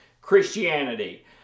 Christianity